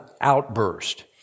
outburst